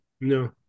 No